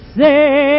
say